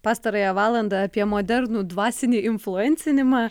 pastarąją valandą apie modernų dvasinį influencinimą